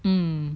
mm